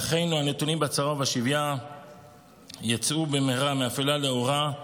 ואחינו הנתונים בצרה ובשביה יצאו במהרה מאפלה לאורה,